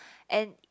and